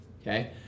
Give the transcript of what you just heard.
okay